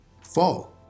fall